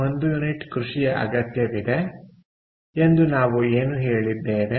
1 unit ಕೃಷಿಯ ಅಗತ್ಯವಿದೆ ಎಂದು ನಾವು ಏನು ಹೇಳಿದ್ದೇವೆ